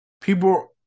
People